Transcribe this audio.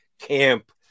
camp